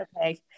okay